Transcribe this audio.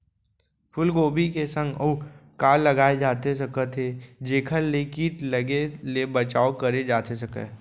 फूलगोभी के संग अऊ का लगाए जाथे सकत हे जेखर ले किट लगे ले बचाव करे जाथे सकय?